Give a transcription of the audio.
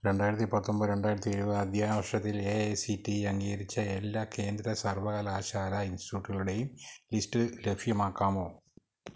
രണ്ടായിരത്തി പത്തൊന്പത് രണ്ടായിരത്തി ഇരുപത് അധ്യയന വർഷത്തിൽ A I C T E അംഗീകരിച്ച എല്ലാ കേന്ദ്ര സർവകലാശാല ഇൻസ്റ്റിറ്റ്യൂട്ടുകളുടെയും ലിസ്റ്റ് ലഭ്യമാക്കാമോ